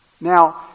Now